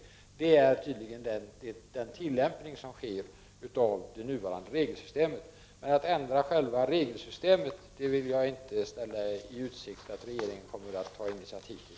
Så tillämpas tydligen det nuvarande regelsystemet. Men att regeringen skulle ta initiativ till en ändring av regelsystemet vill jag inte ställa i utsikt.